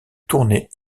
tournée